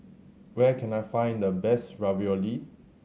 where can I find the best Ravioli